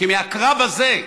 כי מהקרב הזה,